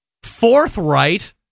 forthright